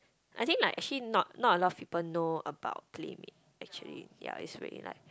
I think like actually not not a lot of people know about Play Made actually ya it's really like